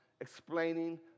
explaining